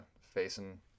facing